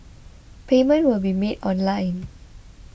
payment will be made online